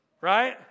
right